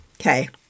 okay